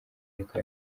niko